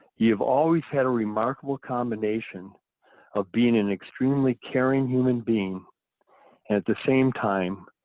you have always had a remarkable combination of being an extremely caring human being, and at the same time,